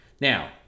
Now